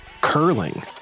curling